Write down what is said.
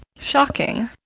shocking?